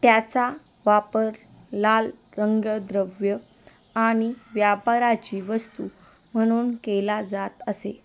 त्याचा वापर लाल रंगद्रव्य आणि व्यापाराची वस्तू म्हणून केला जात असे